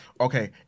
Okay